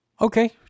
Okay